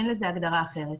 ואין לזה הגדרה אחרת.